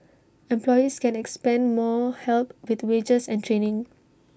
employees can expect more help with wages and training